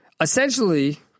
Essentially